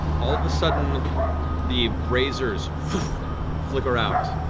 all of a sudden the braziers flicker out.